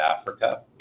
Africa